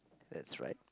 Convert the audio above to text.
that's right